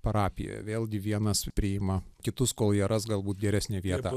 parapijoje vėlgi vienas priima kitus kol jie ras galbūt geresnę vietą